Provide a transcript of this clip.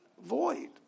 void